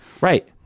Right